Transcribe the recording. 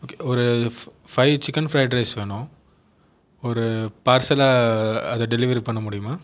okay ஒரு five chicken fried rice வேணும் ஒரு பார்சலாக அதை டெலிவரி பண்ண முடியுமா